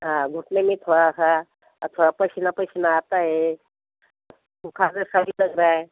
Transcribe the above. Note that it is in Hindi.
हाँ घुटने में थोड़ा सा थोड़ा पसीना पसीना आता है बुख़ार जैसा भीलग रहा है